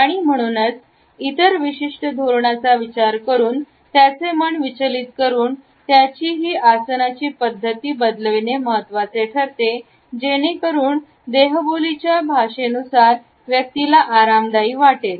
आणि म्हणूनच इतर विशिष्ट धोरणाचा विचार करून त्याचे मन विचलित करून त्याचीही आसनाची पद्धती बदलविणे महत्वाचे ठरते जेणेकरून देह बोलीच्या भाषेतया व्यक्तीला आरामदायी वाटेल